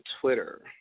Twitter